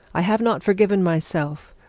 i have not forgiven myself,